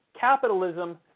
capitalism